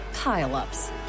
pile-ups